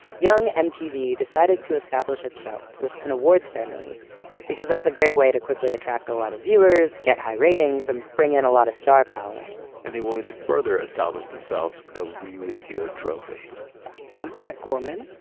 young mtv decided to establish itself with an award ceremony because that's a great way to quickly attract a lot of viewers, get high ratings, and bring in a lot of star power and they wanted to further establish themselves with a really good trophy i'm pat gorman,